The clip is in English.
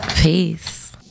Peace